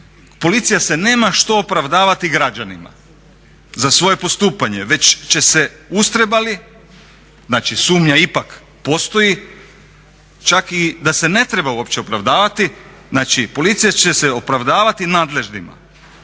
policija se nema što opravdavati građanima za svoje postupanje, već će se ustreba li, znači sumnja ipak postoji, čak i da se ne treba opće opravdavati znači policija će se opravdavati nadležnima